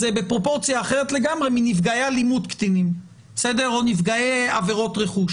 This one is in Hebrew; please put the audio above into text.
זה בפרופורציה אחרת לגמרי מנפגעי אלימות קטינים או נפגעי עבירות רכוש.